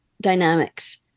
dynamics